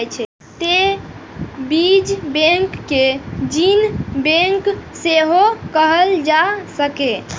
तें बीज बैंक कें जीन बैंक सेहो कहल जा सकैए